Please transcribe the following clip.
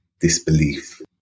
disbelief